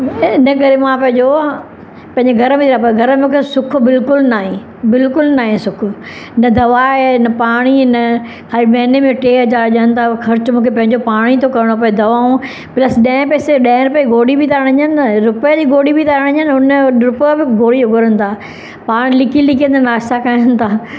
इन करे मां पंहिंजो पंहिंजे घर में वियां पर घर में मूंखे सुख बिल्कुलु न आहे बिल्कुल न आहे सुख न दवा आहे न पाणी न खाली महिने में टे हज़ार ॾियनि थस ख़र्चु मूंखे पंहिंजो पाण ई तो करिणो पए दवाऊं प्लस ॾह पैसे ॾह रुपए जी गोली बि था आणे ॾियनि न जी गोली बि ठा आणे ॾियनि न उनजो रुपयो बि घुरी घुरनि था पाण लिकी लिकी ता नाश्ता कनि ॾियनि